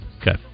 Okay